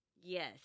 Yes